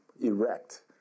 erect